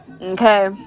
Okay